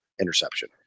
interception